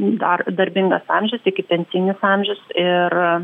dar darbingas amžius ikipensijinis amžius ir